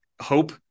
hope